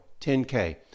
10K